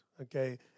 Okay